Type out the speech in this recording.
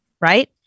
right